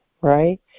right